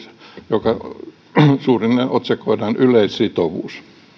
joka suunnilleen otsikoidaan yleissitovuus